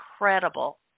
incredible